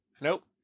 Nope